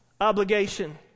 obligation